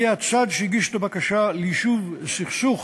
יהיה הצד שהגיש את הבקשה ליישוב סכסוך